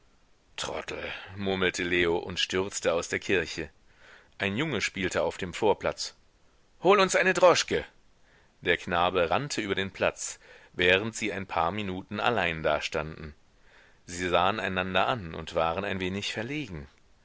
troddel murmelte leo und stürzte aus der kirche ein junge spielte auf dem vorplatz hol uns eine droschke der knabe rannte über den platz während sie ein paar minuten allein dastanden sie sahen einander an und waren ein wenig verlegen